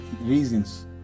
reasons